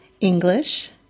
English